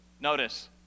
Notice